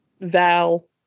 Val